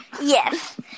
Yes